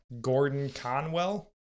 Gordon-Conwell